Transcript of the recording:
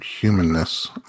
humanness